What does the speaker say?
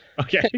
Okay